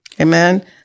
Amen